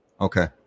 Okay